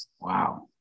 wow